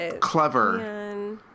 clever